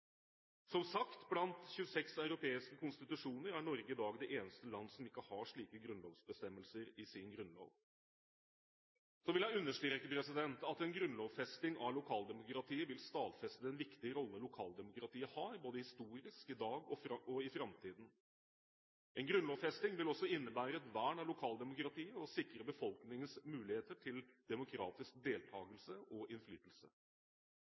i dag det eneste landet som ikke har slike grunnlovsbestemmelser i sin grunnlov. Jeg vil understreke at en grunnlovfesting av lokaldemokratiet vil stadfeste den viktige rolle lokaldemokratiet har, både historisk, i dag og i framtiden. En grunnlovfesting vil også innebære et vern av lokaldemokratiet og sikre befolkningens muligheter til demokratisk deltakelse og innflytelse.